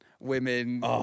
women